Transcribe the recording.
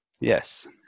Yes